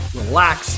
relax